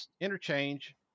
interchange